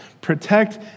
protect